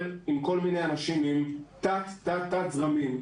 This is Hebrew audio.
עם כל מיני אנשים ועם תת תת תת זרמים,